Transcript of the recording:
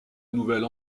nouvelle